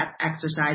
exercise